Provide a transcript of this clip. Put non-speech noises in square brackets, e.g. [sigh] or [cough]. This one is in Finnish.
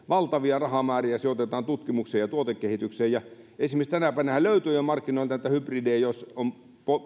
[unintelligible] valtavia rahamääriä sijoitetaan tutkimukseen ja tuotekehitykseen esimerkiksi tänä päivänähän löytyy jo markkinoilta hybridejä joissa on